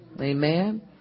Amen